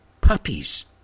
puppies